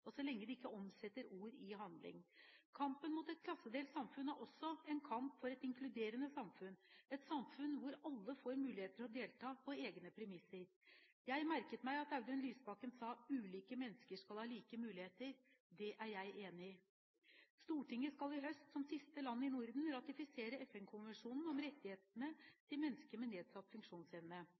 og så lenge de ikke omsetter ord i handling. Kampen mot et klassedelt samfunn er også en kamp for et inkluderende samfunn, et samfunn hvor alle får mulighet til å delta på egne premisser. Jeg merket meg at Audun Lysbakken sa ulike mennesker skal ha like muligheter – det er jeg enig i. Stortinget skal i høst, som siste land i Norden, ratifisere FN-konvensjonen om rettighetene til mennesker med nedsatt funksjonsevne.